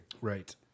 Right